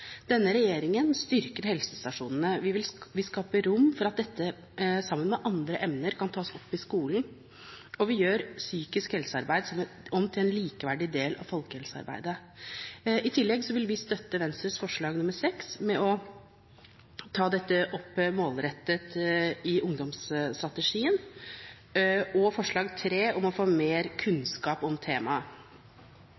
Denne regjeringen styrker helsestasjonene. Vi vil skape rom for at dette, sammen med andre emner, kan tas opp i skolen, og vi gjør psykisk helsearbeid om til en likeverdig del av folkehelsearbeidet. I tillegg vil vi støtte Venstres forslag nr. 6, om å ta dette opp målrettet i ungdomshelsestrategien, og forslag nr. 3, fra Kristelig Folkeparti, om å få mer